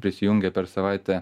prisijungia per savaitę